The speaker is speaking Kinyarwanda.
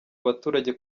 abaturage